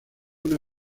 una